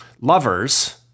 lovers